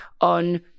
on